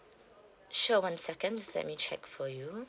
sure one second just let me check for you